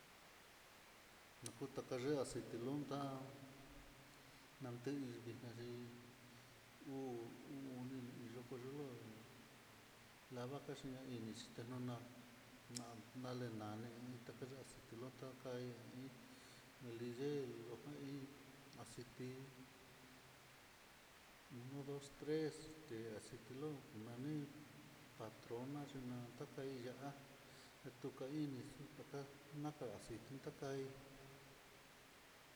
No kutaka ye'a aceite lonta nakei niyaxhi, uu uu oni ni yokoyo, en tavaxhi naino nix no'a na nalenani takalan xhitenonka kaya iin liyel loja hí aciti uno dos tres, este aciti lon nani patrona yena takaiya'á etoka ini xu taka naka aceite takai.